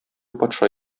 патша